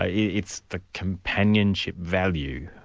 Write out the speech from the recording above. ah it's the companionship value.